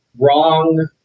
wrong